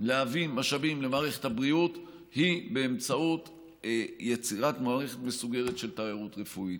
להביא משאבים למערכת הבריאות היא יצירת מערכת מסודרת של תיירות רפואית.